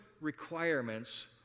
requirements